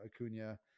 Acuna